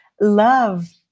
love